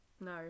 No